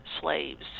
slaves